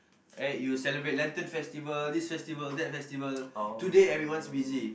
right you celebrate lantern festival this festival that festival today everyone's busy